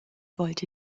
wollte